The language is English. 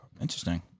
Interesting